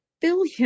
billion